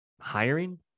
hiring